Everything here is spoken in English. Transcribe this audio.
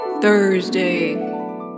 Thursday